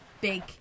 big